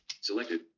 Selected